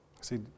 See